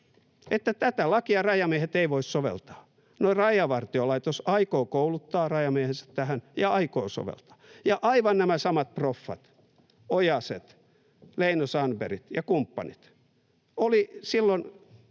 tätä lakia rajamiehet eivät voi soveltaa. No, Rajavartiolaitos aikoo kouluttaa rajamiehensä tähän ja aikoo soveltaa. Ja aivan nämä samat proffat, ojaset, leinosandbergit ja kumppanit, olivat silloin